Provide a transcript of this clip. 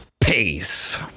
peace